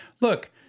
look